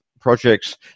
projects